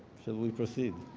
shall we proceed?